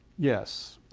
yes,